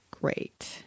great